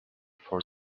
for